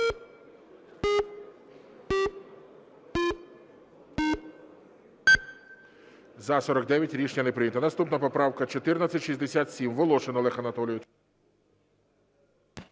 За-49 Рішення не прийнято. Наступна поправка 1864. Волошин Олег Анатолійович.